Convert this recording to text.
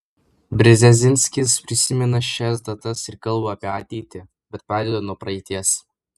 brzezinskis prisimena šias datas ir kalba apie ateitį bet pradeda nuo praeities